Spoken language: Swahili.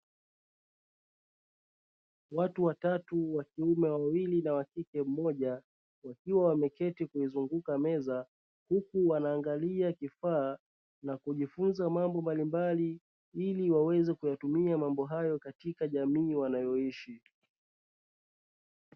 Watu watatu (wa kiume wawili na wa kike mmoja) wakiwa wameketi kuizunguka meza, huku wanaangalia kifaa na kujifunza mambo mbalimbali ili waweze kuyatumia mambo hayo katika jamii wanayoishi.